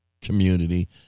community